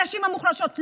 הנשים המוחלשות,